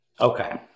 Okay